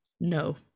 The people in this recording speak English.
No